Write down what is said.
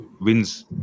wins